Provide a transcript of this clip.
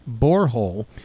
borehole